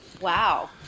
Wow